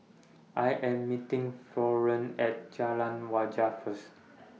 I Am meeting Florene At Jalan Wajek First